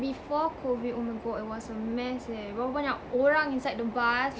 before COVID oh my god it was a mess eh berapa banyak orang inside the bus